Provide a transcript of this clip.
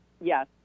yes